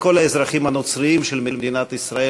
את כל האזרחים הנוצרים של מדינת ישראל